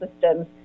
systems